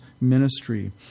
ministry